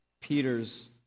Peter's